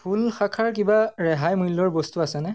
ফুল শাখাৰ কিবা ৰেহাই মূল্যৰ বস্তু আছেনে